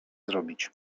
zrobić